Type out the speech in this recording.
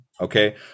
Okay